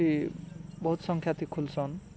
କି ବହୁତ ସଂଖ୍ୟାତି ଖୁଲ୍ସନ୍